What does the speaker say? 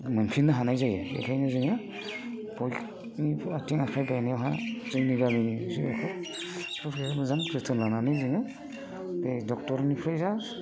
मोनफिननो हानाय जायो बेखायनो जोङो बयनिबो आथिं आखाइ बायनायावहा जोंनि गामिनि मानसिफोरा मोजां जोथोन लानानै जोङो बे ड'क्टरनिफ्राय जा